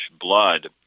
blood